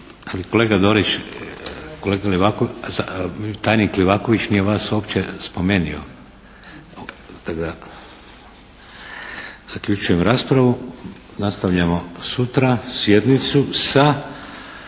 Ali kolega Dorić, tajnik Livaković nije vas uopće spomenuo. Zaključujem raspravu. Nastavljamo sutra sjednicu sa